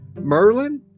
merlin